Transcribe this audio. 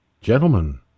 Gentlemen